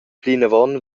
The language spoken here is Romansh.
plinavon